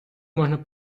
можна